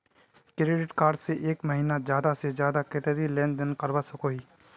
Credit card से एक महीनात ज्यादा से ज्यादा कतेरी लेन देन करवा सकोहो ही?